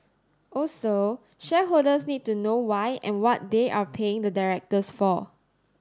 also shareholders need to know why and what they are paying the directors for